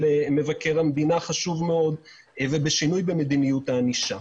מבקר המדינה ובשינוי במדיניות הענישה.